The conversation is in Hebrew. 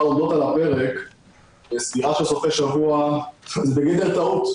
עומדות על הפרק לסגירה של סופי שבוע זה בגדר טעות.